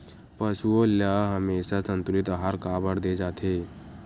पशुओं ल हमेशा संतुलित आहार काबर दे जाथे?